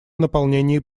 наполнении